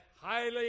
highly